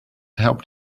helped